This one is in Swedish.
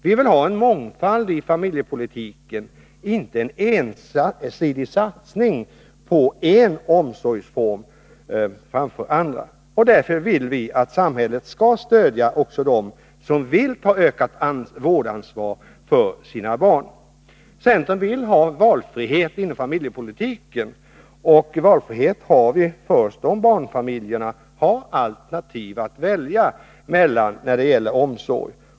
Vi vill ha en mångfald i familjepolitiken —inte en ensidig satsning på en omsorgsform framför andra — och därför vill vi att samhället skall stödja även dem som vill ta ökat vårdansvar för sina barn: Centern vill ha valfrihet inom familjepolitiken, men valfrihet har vi först om barnfamiljerna har alternativ att välja mellan när det gäller omsorg.